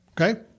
Okay